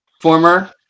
former